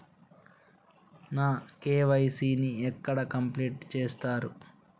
నా కే.వై.సీ ని ఎక్కడ కంప్లీట్ చేస్తరు?